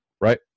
right